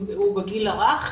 אם בגיל הרך,